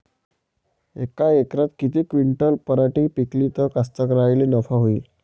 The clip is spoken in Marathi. यका एकरात किती क्विंटल पराटी पिकली त कास्तकाराइले नफा होईन?